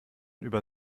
über